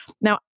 Now